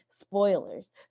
spoilers